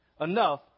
enough